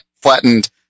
flattened